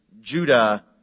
Judah